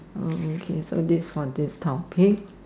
oh okay so this for this topic